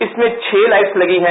इसमें छह लाइट्स लगी है